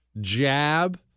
jab